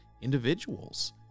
Individuals